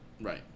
Right